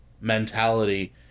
mentality